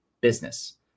business